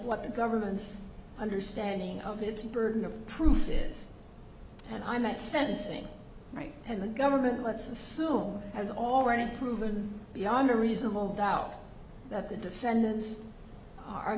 what the government's understanding of it burden of proof is and i'm at sentencing right and the government let's assume has already proven beyond a reasonable doubt that the defendants are